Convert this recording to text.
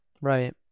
right